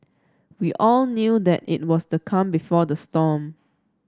we all knew that it was the calm before the storm